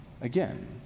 again